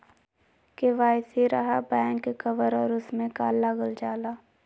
KYC रहा back cover और उसमें का का लागल जाला?